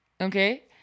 okay